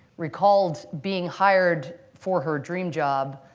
recalled being hired for her dream job,